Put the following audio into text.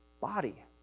body